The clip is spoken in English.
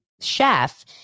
chef